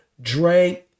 drank